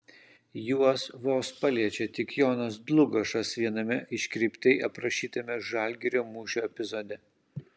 juos vos paliečia tik jonas dlugošas viename iškreiptai aprašytame žalgirio mūšio epizode